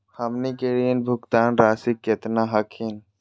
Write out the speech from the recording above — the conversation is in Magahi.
हमनी के ऋण भुगतान रासी केतना हखिन?